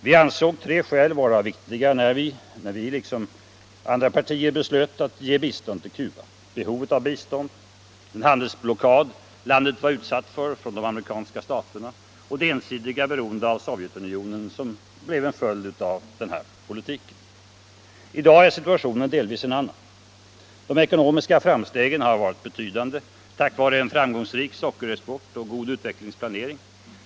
Vi ansåg tre skäl vara viktiga när vi, liksom andra partier, beslöt att ge bistånd till Cuba: behovet av bistånd, den handelsblockad landet var utsatt för från de amerikanska staternas sida och det ensidiga beroende av Sovjetunionen som blev en följd av den politiken. I dag är situationen delvis en annan. De ekonomiska framstegen har varit betydande tack vare en framgångsrik sockerexport och god utvecklingsplanering.